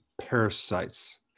parasites